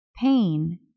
Pain